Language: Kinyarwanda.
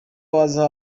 waza